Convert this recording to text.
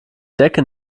decke